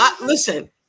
listen